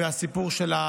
לא, נסביר.